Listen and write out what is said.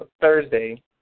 Thursday